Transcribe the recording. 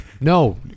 no